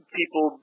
people